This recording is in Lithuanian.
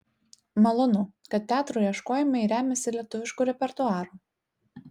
malonu kad teatrų ieškojimai remiasi lietuvišku repertuaru